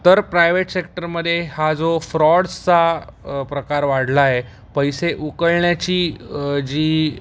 तर प्रायवेट सेक्टरमध्ये हा जो फ्रॉड्सचा प्रकार वाढलाय पैसे उकळण्याची जी